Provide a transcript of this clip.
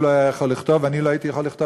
והוא לא היה יכול לכתוב ואני לא הייתי יכול לכתוב,